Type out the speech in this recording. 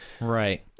Right